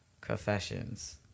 Confessions